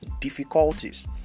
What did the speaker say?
difficulties